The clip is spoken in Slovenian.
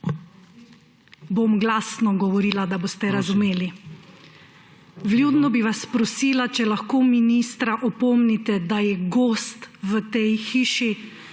Bom glasno govorila, da boste razumeli. Vljudno bi vas prosila, če lahko ministra opomnite, da je gost v tej hiši,